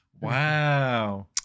Wow